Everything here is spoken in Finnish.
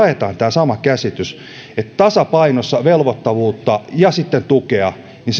saman käsityksen että tasapainossa velvoittavuutta ja tukea jolloin me olemme